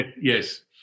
yes